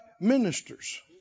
ministers